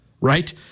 right